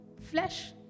flesh